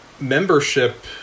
membership